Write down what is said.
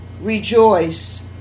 rejoice